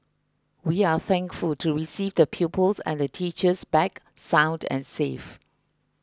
we are thankful to receive the pupils and the teachers back sound and safe